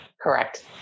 Correct